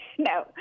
No